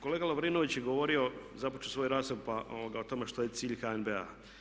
Kolega Lovrinović je govorio započeo svoju raspravu o tome što je cilj HNB-a.